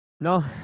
No